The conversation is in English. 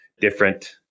different